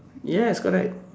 yes correct